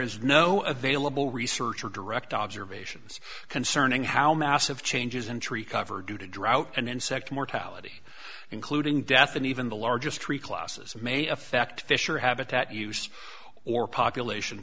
is no available research or direct observations concerning how massive changes and tree cover due to drought and insect mortality including death and even the largest tree classes may affect fish or habitat use or population